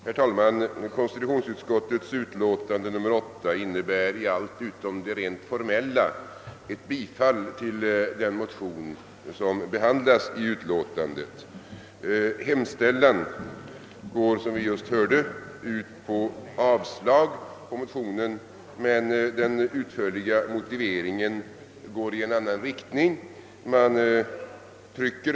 Herr talman! Konstitutionsutskottets utlåtande nr 8 innebär i allt utom det rent formella ett bifall till den motion som behandlas i utlåtandet. Som vi just hörde går utskottets hemställan ut på avslag på motionen, men den utförliga motiveringen går i en annan riktning.